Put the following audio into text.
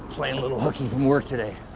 playing a little hooky from work today.